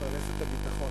מפרנס את הביטחון.